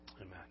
Amen